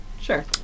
Sure